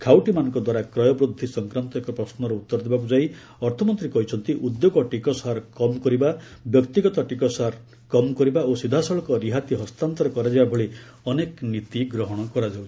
ଖାଉଟିମାନଙ୍କ ଦ୍ୱାରା କ୍ରୟ ବୃଦ୍ଧି ସଂକ୍ରାନ୍ତ ଏକ ପ୍ରଶ୍ୱର ଉତ୍ତର ଦେବାକୁ ଯାଇ ଅର୍ଥମନ୍ତ୍ରୀ କହିଛନ୍ତି ଉଦ୍ୟୋଗ ଟିକସ ହାର କମ୍ କରିବା ବ୍ୟକ୍ତିଗତ ଟିକସ ହାର କମ କରିବା ଓ ସିଧାସଳଖ ରିହାତି ହସ୍ତାନ୍ତର କରାଯିବା ଭଳି ଅନେକ ନୀତି ଗ୍ରହଣ କରାଯାଇଛି